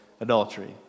adultery